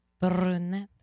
Brunette